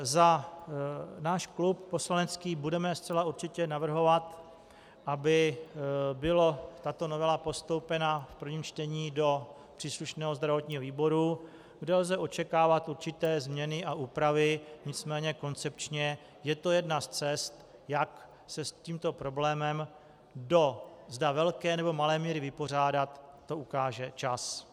Za náš poslanecký klub budeme zcela určitě navrhovat, aby byla tato novela postoupena v prvém čtení do příslušného zdravotního výboru, kde lze očekávat určité změny a úpravy, nicméně koncepčně je to jedna z cest, jak se s tímto problémem, do zda velké, nebo malé míry vypořádat, to ukáže čas.